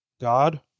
God